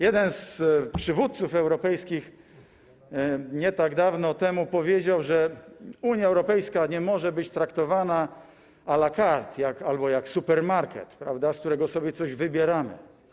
Jeden z przywódców europejskich nie tak dawno temu powiedział, że Unia Europejska nie może być traktowana a la carte albo jak supermarket, prawda, z którego sobie coś wybieramy.